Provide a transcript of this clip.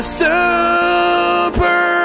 super